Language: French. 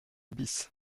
bis